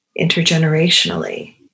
intergenerationally